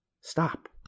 stop